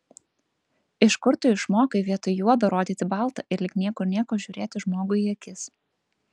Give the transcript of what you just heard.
iš kur tu išmokai vietoj juodo rodyti balta ir lyg niekur nieko žiūrėti žmogui į akis